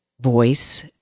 voice